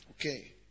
Okay